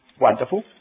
wonderful